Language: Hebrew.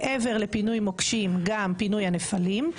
מעבר לפינוי מוקשים גם פינוי הנפלים,